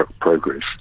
progress